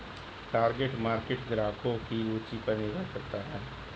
target market ग्राहकों की रूचि पर निर्भर करता है